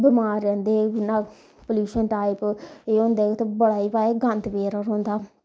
बमार रैंह्दे इ'यां पल्यूशन टाईप एह् होंदा की इत्थें बड़ा ई भाई गंद पेदा रौंह्दा